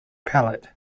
palate